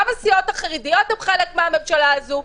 גם הסיעות החרדיות הן חלק מהממשלה הזאת.